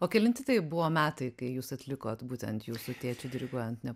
o kelinti tai buvo metai kai jūs atlikot būtent jūsų tėčiui diriguojant ne